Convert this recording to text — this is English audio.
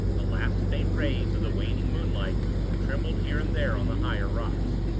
the last faint rays of the waning moonlight trembled here and there on the higher rocks,